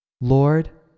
Lord